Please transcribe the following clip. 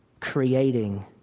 creating